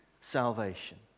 salvation